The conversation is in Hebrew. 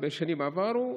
בשנים עברו?